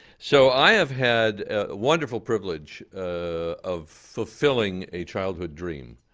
so i have had a wonderful privilege of fulfilling a childhood dream.